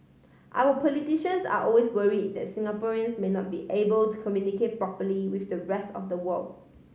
our politicians are always worry that Singaporeans may not be able to communicate properly with the rest of the world